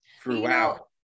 throughout